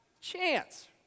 chance